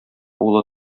улы